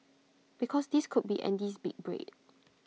because this could be Andy's big break